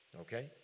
okay